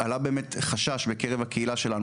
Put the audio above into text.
עלה באמת חשש בקרב הקהילה שלנו,